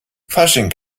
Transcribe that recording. fasching